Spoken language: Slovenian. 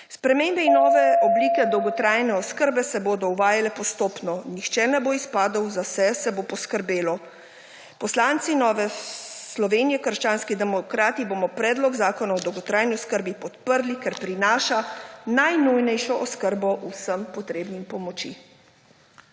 Spremembe in oblike dolgotrajne oskrbe se bodo uvajale postopno, nihče ne bo izpadel, za vse se bo poskrbelo. Poslanci Nove Slovenije-Krščanski demokrati bomo Predlog zakona o dolgotrajni oskrbi podprli, ker prinaša najnujnejšo oskrbo vsem potrebnim pomoči.